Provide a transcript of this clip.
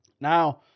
Now